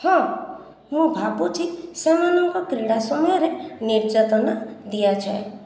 ହଁ ମୁଁ ଭାବୁଛି ସେମାନଙ୍କ କ୍ରୀଡ଼ା ସମୟରେ ନିର୍ଯାତନା ଦିଆଯାଏ